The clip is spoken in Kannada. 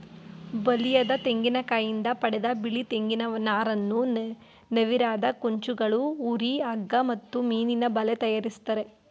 ಬಲಿಯದ ತೆಂಗಿನಕಾಯಿಂದ ಪಡೆದ ಬಿಳಿ ತೆಂಗಿನ ನಾರನ್ನು ನವಿರಾದ ಕುಂಚಗಳು ಹುರಿ ಹಗ್ಗ ಮತ್ತು ಮೀನಿನಬಲೆ ತಯಾರಿಸ್ತರೆ